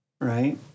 Right